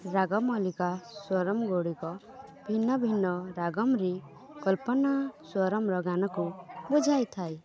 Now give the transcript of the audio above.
ରାଗମଲିକା ସ୍ୱରମ୍ଗୁଡ଼ିକ ଭିନ୍ନଭିନ୍ନ ରାଗମ୍ରେ କଳ୍ପନାସ୍ୱରମ୍ର ଗାନକୁ ବୁଝାଇଥାଏ